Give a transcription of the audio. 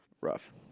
rough